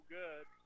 good